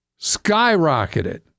skyrocketed